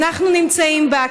אנחנו נמצאים בה,